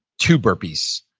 two burpees.